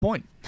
point